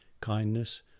kindness